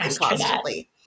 constantly